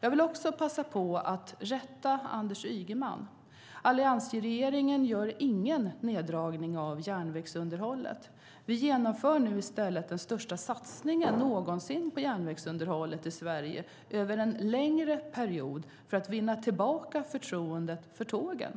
Jag vill också passa på att rätta Anders Ygeman. Alliansregeringen gör ingen neddragning av järnvägsunderhållet. Vi genomför nu i stället den största satsningen någonsin på järnvägsunderhållet i Sverige över en längre period för att vinna tillbaka förtroendet för tågen.